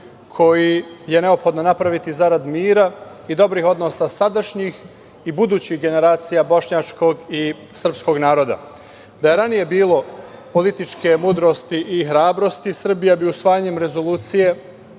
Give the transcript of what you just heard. koji je neophodno napraviti, zarad mira i dobrih odnosa sadašnjih i budućih generacija bošnjačkog i srpskog naroda. Da je ranije bilo političke mudrosti i hrabrosti Srbija bi usvajanjem rezolucije